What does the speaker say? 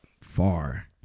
far